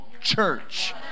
church